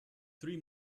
three